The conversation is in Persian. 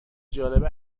جالب